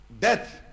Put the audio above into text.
death